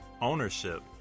ownership